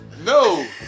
No